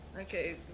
Okay